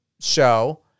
show